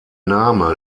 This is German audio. name